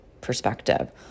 perspective